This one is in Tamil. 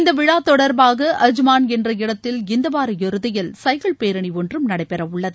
இந்த விழா தொடர்பாக அஜ்மான் என்ற இடத்தில் இந்த வார இறுதியில் சைக்கிள் பேரணி ஒன்றும் நடைபெறவுள்ளது